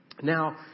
Now